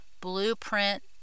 blueprint